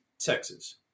Texas